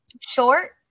Short